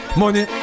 money